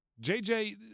JJ